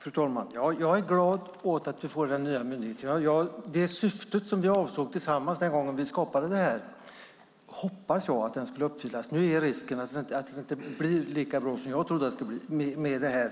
Fru talman! Jag är glad åt att vi får den nya myndigheten. Det syfte vi hade när vi en gång tillsammans skapade den hoppas jag ska uppfyllas. Nu är risken att den inte blir lika bra som jag trodde att den skulle bli med den